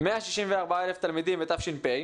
164,000 תלמידים בתש"פ,